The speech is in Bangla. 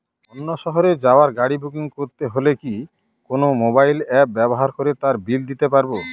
অন্য শহরে যাওয়ার গাড়ী বুকিং করতে হলে কি কোনো মোবাইল অ্যাপ ব্যবহার করে তার বিল দিতে পারব?